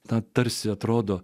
ta tarsi atrodo